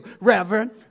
Reverend